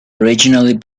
originally